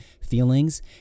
feelings